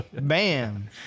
bam